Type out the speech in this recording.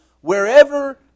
wherever